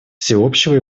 всеобщего